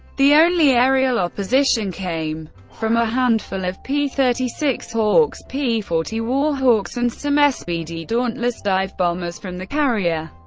the only aerial opposition came from a handful of p thirty six hawks, p forty warhawks, and some sbd dauntless dive bombers from the carrier.